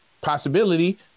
possibility